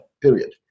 Period